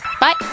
Bye